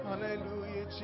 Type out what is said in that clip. Hallelujah